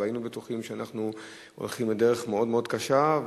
והיינו בטוחים שאנחנו הולכים לדרך מאוד-מאוד קשה,